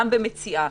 גם במציאה,